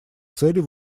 целей